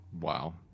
Wow